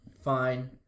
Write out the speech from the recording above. fine